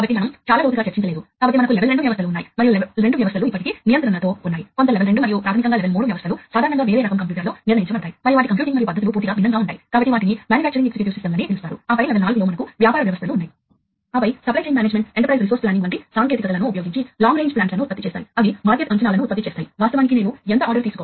కాబట్టి మీరు ఇక్కడ నేరుగా నెట్వర్క్ కి పాయింట్ టు పాయింట్ పరికరాలను కనెక్ట్ చేయవచ్చు కాబట్టి ఇక్కడ మీకు నెట్వర్క్ బస్సులో నేరుగా అనుసంధానించబడిన పరికరం ఉంది ఇది నడుస్తున్న ప్రధాన నెట్వర్క్ బస్సు